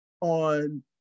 on